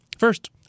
First